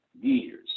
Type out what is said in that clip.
Years